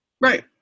right